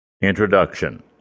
Introduction